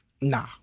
Nah